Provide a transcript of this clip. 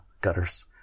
gutters